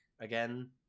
again